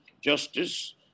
justice